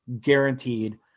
Guaranteed